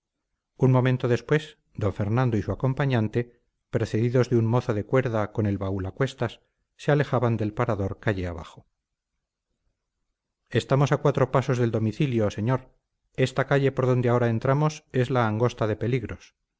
un momento después don fernando y su acompañante precedidos de un mozo de cuerda con el baúl a cuestas se alejaban del parador calle abajo estamos a cuatro pasos del domicilio señor esta calle por donde ahora entramos es la angosta de peligros